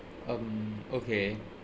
um okay